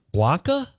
Blanca